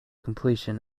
completion